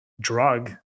drug